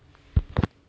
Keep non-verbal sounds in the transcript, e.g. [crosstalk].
[noise]